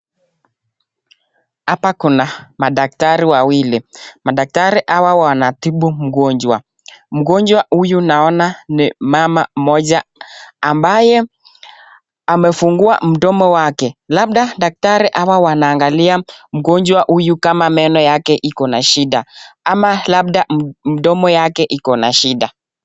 Hapa kuna madaktari wawili, madaktari hawa wanatibu mgonjwa, mgonjwa huyu naona ni mama mmoja ambaye amefungua mdomo wake, labda daktari hawa wanaangalia mgonjwa huyu kama meno yake iko na shida ama labda mdomo yake iko na shida.